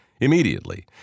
immediately